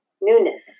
newness